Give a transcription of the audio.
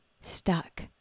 stuck